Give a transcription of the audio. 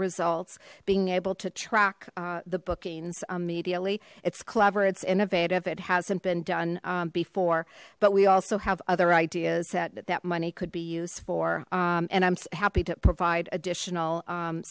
results being able to track the bookings immediately it's clever its innovative it hasn't been done before but we also have other ideas that that money could be used for and i'm happy to provide additional